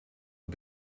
het